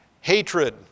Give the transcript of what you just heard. Hatred